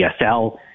DSL